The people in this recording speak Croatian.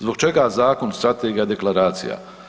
Zbog čega zakon, strategija i deklaracija?